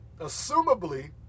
assumably